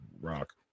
rock